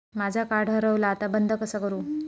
माझा कार्ड हरवला आता बंद कसा करू?